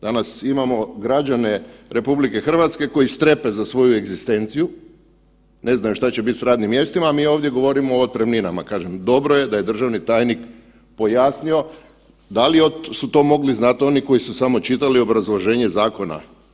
Danas imamo građane RH koji strepe za svoju egzistenciju, ne znaju šta će bit s radnim mjestima, a mi ovdje govorimo o otpremninama, kažem dobro je da je državni tajnik pojasnio da li su to mogli znat oni koji su samo čitali obrazloženje zakona?